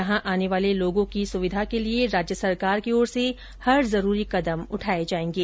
यहाँ आने वाले लोगों की सुविधा के लिए राज्य सरकार की ओर से हर जरूरी कदम उठाये जायेंगे